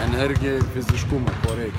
energiją fiziškumą to reikia